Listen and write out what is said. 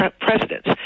presidents